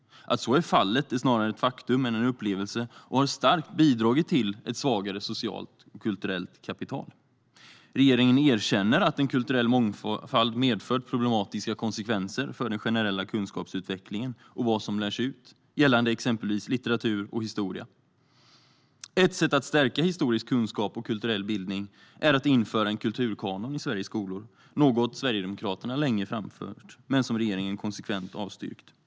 Att så är fallet är snarare ett faktum än en upplevelse och har starkt bidragit till ett svagare socialt och kulturellt kapital. Regeringen erkänner att en kulturell mångfald har medfört problematiska konsekvenser för den generella kunskapsutvecklingen och vad som lärs ut gällande exempelvis litteratur och historia. Ett sätt att stärka historisk kunskap och kulturell bildning är att införa en kulturkanon i Sveriges skolor, något Sverigedemokraterna länge förespråkat men som regeringen konsekvent avstyrkt.